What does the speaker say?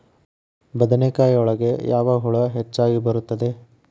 ಬದನೆಕಾಯಿ ಒಳಗೆ ಯಾವ ಹುಳ ಹೆಚ್ಚಾಗಿ ಬರುತ್ತದೆ?